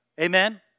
Amen